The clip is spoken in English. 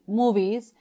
movies